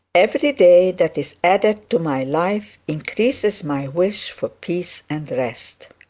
every day that is added to my life increases my wish for peace and rest